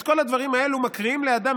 את כל הדברים האלה מקריאים לאדם,